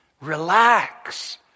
relax